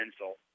insult